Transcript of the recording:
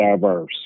diverse